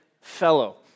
fellow